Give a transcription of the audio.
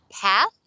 path